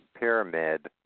Pyramid